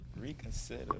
Reconsider